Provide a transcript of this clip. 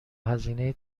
هزینه